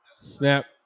Snap